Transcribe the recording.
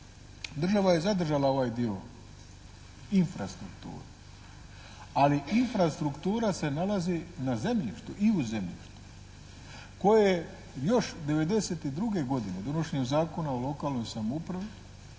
država je zadržala ovaj dio infrastrukutre. Ali infrastruktura se nalazi na zemljištu i u zemljištu koje je još 1992. godine donošenjem Zakona o lokalnoj samoupravi